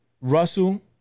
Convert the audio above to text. Russell